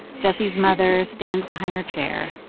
jessie's mother stands behind her chair,